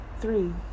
Three